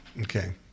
Okay